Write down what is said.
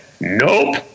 nope